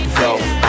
go